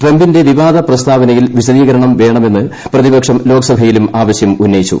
ട്രംപിന്റെ വിവാദ പ്രസ്താവനയിൽ വിശദീകരണം വേണമെന്ന് പ്രതിപക്ഷം ലോക്സഭയിലും ആവശ്യമുന്നയിച്ചു